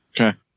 Okay